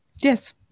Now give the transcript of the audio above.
Yes